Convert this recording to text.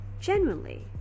genuinely